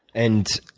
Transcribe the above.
and